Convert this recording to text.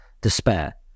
despair